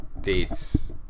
dates